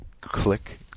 Click